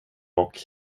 och